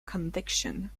conviction